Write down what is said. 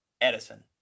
Edison